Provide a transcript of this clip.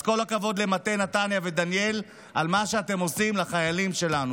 אז כל הכבוד למטה נתניה ודניאל על מה שאתם עושים לחיילים שלנו.